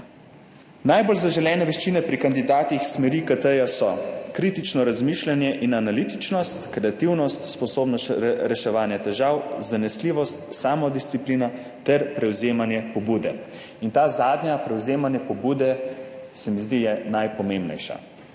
Najbolj zaželene veščine pri kandidatih smeri IKT so: kritično razmišljanje in analitičnost, kreativnost, sposobnost reševanja težav, zanesljivost, samodisciplina ter prevzemanje pobude. In ta zadnja, prevzemanje pobude, se mi zdi, je najpomembnejša,